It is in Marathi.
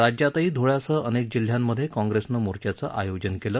राज्यातही ध्ळ्यासह अनेक जिल्ह्यांमधे काँग्रेसनं मोर्चाचं आयोजन केलं